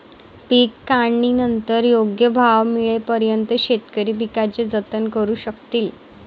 पीक काढणीनंतर योग्य भाव मिळेपर्यंत शेतकरी पिकाचे जतन करू शकतील